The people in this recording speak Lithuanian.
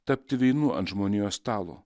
tapti vynu ant žmonijos stalo